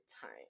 time